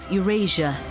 Eurasia